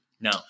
No